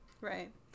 right